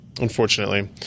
unfortunately